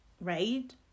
right